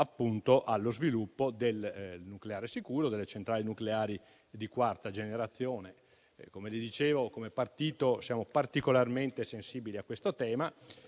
allo sviluppo del nucleare sicuro e delle centrali nucleari di quarta generazione. Come ho evidenziato, come partito siamo particolarmente sensibili a tale